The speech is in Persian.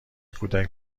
کودک